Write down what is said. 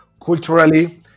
culturally